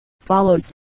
follows